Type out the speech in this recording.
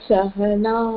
Sahana